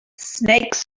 snakes